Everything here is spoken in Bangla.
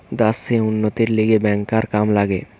দ্যাশের উন্নতির লিগে ব্যাংকার কাম লাগে